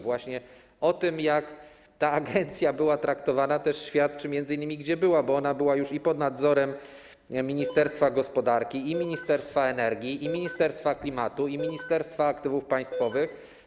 Właśnie o tym, jak ta agencja była traktowana, świadczy też to, gdzie była, bo ona była już pod nadzorem ministerstwa gospodarki, ministerstwa energii, ministerstwa klimatu i Ministerstwa Aktywów Państwowych.